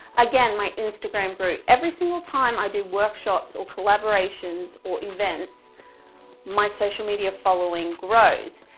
again, my instagram grew, every single time i do workshops or collaborations or events my social media following grows,